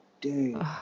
dude